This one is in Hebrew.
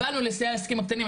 באנו לסייע לעסקים הקטנים,